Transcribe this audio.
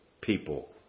people